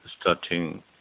starting